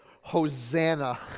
Hosanna